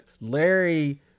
larry